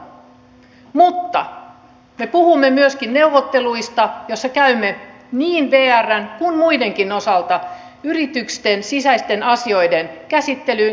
niitä on mutta me puhumme myöskin neuvotteluista joissa käymme niin vrn kuin muidenkin osalta yritysten sisäisten asioiden käsittelyyn